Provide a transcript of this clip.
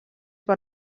per